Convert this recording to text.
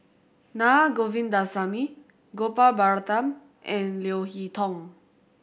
Na Govindasamy Gopal Baratham and Leo Hee Tong